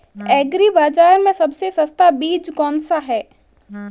Agree बाज़ार में सबसे सस्ता बीज कौनसा है?